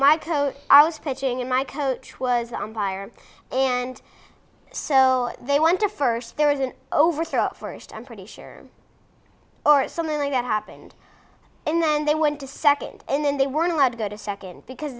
coach i was pitching and my coach was on fire and so they went to first there is an overthrow first i'm pretty sure or something like that happened and then they went to second and then they weren't allowed to go to sec